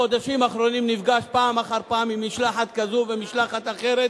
בחודשים האחרונים אני נפגש פעם אחר פעם עם משלחת כזאת ומשלחת אחרת